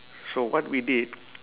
so what we did